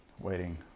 Waiting